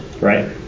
Right